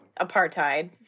Apartheid